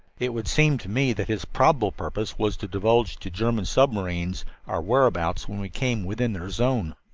it would seem to me that his probable purpose was to divulge to german submarines our whereabouts when we came within their zone.